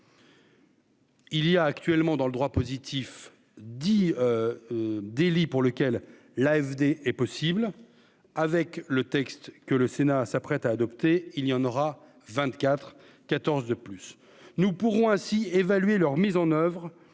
Il y a actuellement dans le droit positif, dit délit pour lequel l'AFD est possible avec le texte que le Sénat s'apprête à adopter, il y en aura 24 14 de plus, nous pourrons ainsi évaluer leur mise en oeuvre